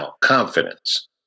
Confidence